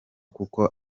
kuko